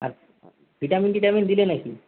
আর vitamin টিটামিন দিলে না কি